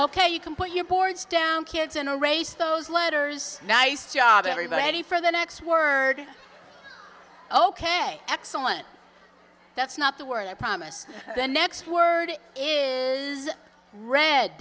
ok you can put your boards down kids in a race those letters nice job everybody for the next word ok excellent that's not the word i promise the next word is red